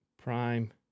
Prime